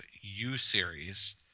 U-series